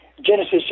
Genesis